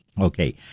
okay